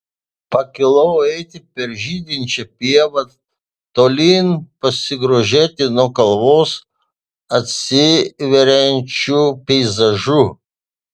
pakilau eiti per žydinčią pievą tolyn pasigrožėti nuo kalvos atsiveriančiu peizažu